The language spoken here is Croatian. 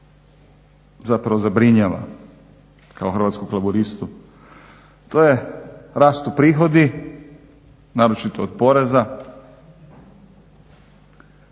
zapravo zabrinjava kao Hrvatskog laburistu, to je rastu prihodi, naročito od poreza